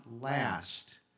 last